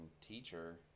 teacher